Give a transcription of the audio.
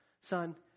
son